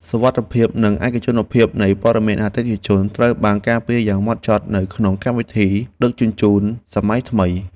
សុវត្ថិភាពនិងឯកជនភាពនៃព័ត៌មានអតិថិជនត្រូវបានការពារយ៉ាងម៉ត់ចត់នៅក្នុងកម្មវិធីដឹកជញ្ជូនសម័យថ្មី។